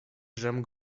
żem